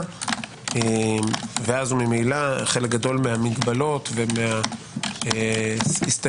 ואז ממילא חלק גדול מהמגבלות ומההסתייגויות,